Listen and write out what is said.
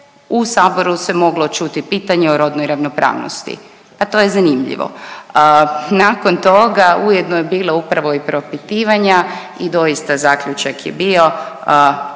u Saboru se moglo čuti pitanje o rodnoj ravnopravnosti. Pa to je zanimljivo. Nakon toga ujedno je bila upravo i propitivanja i doista zaključak je bio